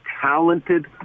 talented